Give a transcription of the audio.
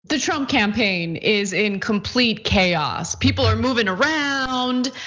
the trump campaign is in complete chaos. people are moving around,